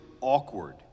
awkward